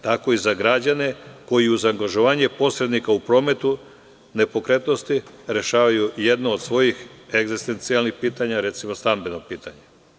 Tako i za građane koji za angažovanje posrednika u prometnu nepokretnosti rešavaju jedno od svojih egzistencijalnih pitanja, recimo, stambeno pitanje.